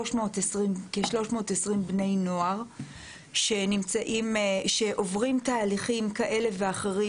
320 בני נוער שנמצאים שעוברים תהליכים כאלה ואחרים,